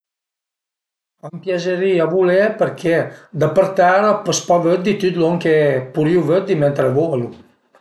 A m'piazerìa vulé perché da për tèra pös pa vëddi tüt lon che purìu vëddi mentre volu